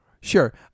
sure